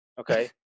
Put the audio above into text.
okay